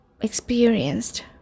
experienced